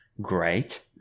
great